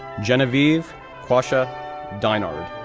genevieve quasha deinard,